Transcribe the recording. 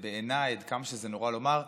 ובעיניי, עד כמה שזה נורא לומר,